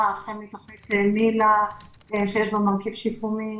החל מתוכנית מיל"א שיש בה מרכיב שיקומי